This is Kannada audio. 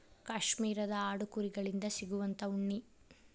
ಕಾಶ್ಮೇರದ ಆಡು ಕುರಿ ಗಳಿಂದ ಸಿಗುವಂತಾ ಉಣ್ಣಿ